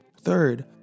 Third